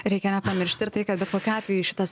reikia nepamiršti ir tai kad bet kokiu atveju šitas